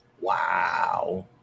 Wow